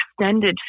extended